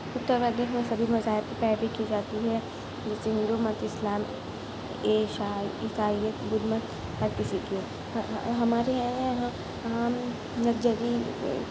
اتر پردیش میں سبھی مذاہب کی پیروی کی جاتی ہے جیسے ہندو مت اسلام عیسیٰ عیسائیت بدھ مت ہر کسی کی ہمارے یہاں ہم ہر جگہ